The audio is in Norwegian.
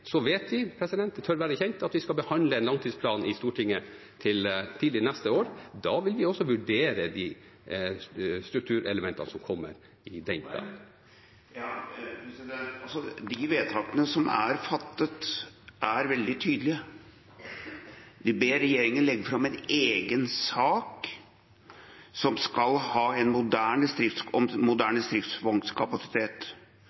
Så vet vi – det tør være kjent – at vi skal behandle en langtidsplan i Stortinget tidlig neste år. Da vil vi også vurdere de strukturelementene som kommer i den. De vedtakene som er fattet, er veldig tydelige. Vi ber regjeringen legge fram en egen sak om moderne stridsvognkapasitet og en sak om